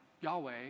Yahweh